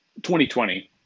2020